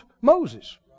Moses